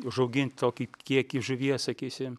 užaugint tokį kiekį žuvies sakysim